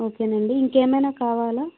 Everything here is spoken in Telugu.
ఓకే అండి ఇంకేమైనా కావాలా